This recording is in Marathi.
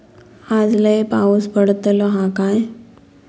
आज लय पाऊस पडतलो हा काय?